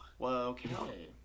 Okay